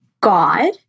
God